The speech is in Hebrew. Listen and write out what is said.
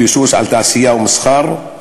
ביסוס על תעשייה ומסחר.